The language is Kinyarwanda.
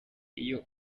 iyo